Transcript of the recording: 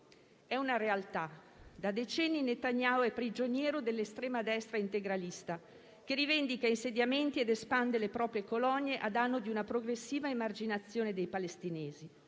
È una realtà: da decenni Netanyahu è prigioniero dell'estrema destra integralista, che rivendica insediamenti ed espande le proprie colonie a danno di una progressiva emarginazione dei palestinesi.